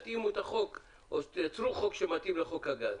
תתאימו את החוק או תייצרו חוק שמתאים לחוק הגז.